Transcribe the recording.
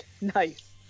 Nice